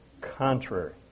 contrary